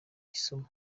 kisumu